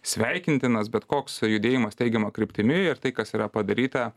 sveikintinas bet koks judėjimas teigiama kryptimi ir tai kas yra padaryta